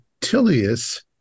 Tilius